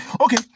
Okay